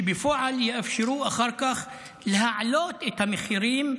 שבפועל יאפשרו אחר כך להעלות את המחירים,